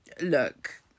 look